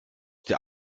der